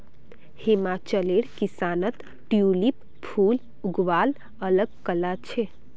हिमाचलेर किसानत ट्यूलिप फूल उगव्वार अल ग कला छेक